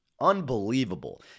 unbelievable